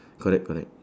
correct correct